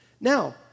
Now